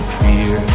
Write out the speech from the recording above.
fear